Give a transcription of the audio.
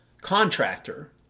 contractor